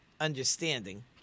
understanding